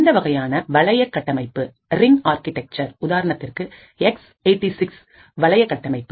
இந்த வகையான வளைய கட்டமைப்பு உதாரணத்திற்கு X86 வளைய கட்டமைப்பு